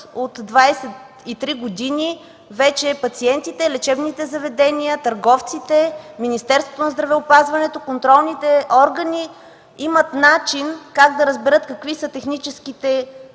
от 23 години вече пациентите, лечебните заведения, търговците, Министерството на здравеопазването, контролните органи имат начин как да разберат какви са техническите